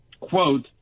quote